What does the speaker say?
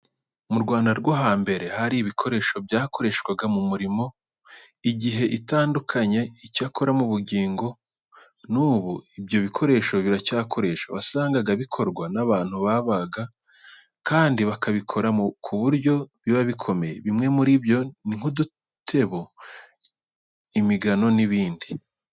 Mu Rwanda rwo hambere hari ibikoresho byakoreshwaga mu mirimo igiye itandukanye. Icyakora na bugingo n'ubu, ibyo bikoresho biracyakoreshwa. Wasangaga bikorwa n'abantu b'abahanga, kandi bakabikora ku buryo biba bikomeye. Bimwe muri byo ni nk'udutebo, imigano n'ibindi.